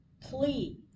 please